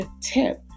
tip